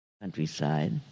countryside